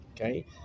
Okay